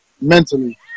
mentally